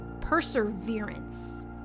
perseverance